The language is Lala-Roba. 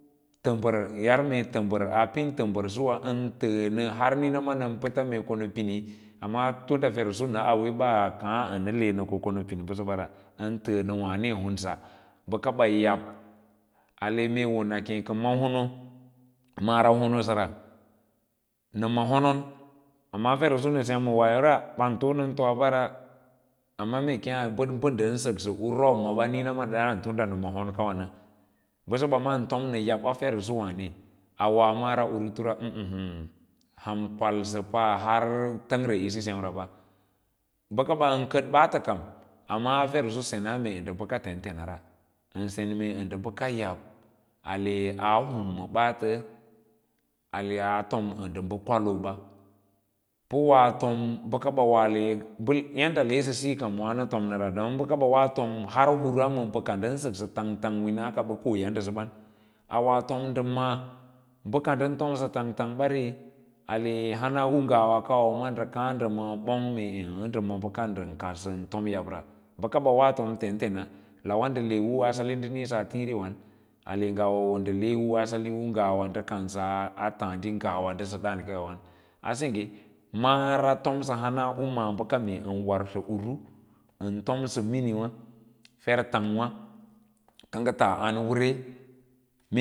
Aa ti təbər ən yaw aree təbər aa pin təbər suwa ən təə nə hav niĩna ma nəu pəta mee ko nə pini wâno tun da fer lusu nə auwe bas kaã ə nə le nə ko ko nə pín bəsəbara, ən təə nə wǎǎne hunsa bəkaɓa yi yab ale mee keẽ ka ma hono mara hono səra nə ma honon amma fer usu nə sem ma woyora ban fonən too a mbara amma mee a bəd mbə ndən səksə u robmawā niĩna ma nə dǎǎn tum da nə ma hon kawa nə bəsəɓa ma tom nə yab da cike fer ‘usu na nə auwe. A woa mara urutura əə̃ ə̌ə̌ hə̌ə̌ han kwalsə har lən gere isi semraɓa bəkaɓa ən kəɗ ɓaatə kam amma fer usu se ne mee ko nɗə bəka tenten ara ən sen mee ndə bəka yab aa kong ma baatə a le a a tom ndə bə kasalo ba pə woa tom bəkaba ale díira yadda le suya wǎno tom nəra don bəka da woa fom aa hura mambə ka ndən səksə tang tang wina ka bə koya ndəsəwa, aa tom ndə mǎǎ bə ka ndən tomsa tang tang bara a he hana ci ngawa kawa na ndə kaã ndə ma ɓong ʌkem ə̀ə̀ ndə man ndə kaɗsən tobbə yab ra bə ka ba woa fom tentena lawa nɗə le asali u ndə niĩsə a tii! Riwan a ngawa wo ndə le asali u ngawa ndə kansa taadi ngwa wa, asengge mara tom ee u war bəka meen warsə uru wa, ən tonsə miniwǎ fer tang wǎ kə ngə tas an wəre.